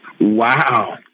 wow